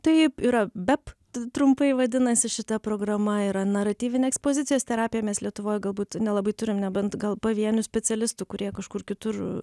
taip yra bep trumpai vadinasi šita programa yra naratyvinė ekspozicijos terapija mes lietuvoj galbūt nelabai turim nebent gal pavienių specialistų kurie kažkur kitur